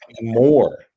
more